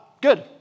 Good